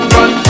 Run